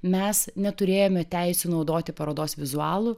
mes neturėjome teisių naudoti parodos vizualų